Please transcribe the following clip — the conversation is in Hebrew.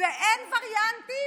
ואין וריאנטים?